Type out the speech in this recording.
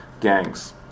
gangs